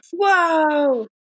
Whoa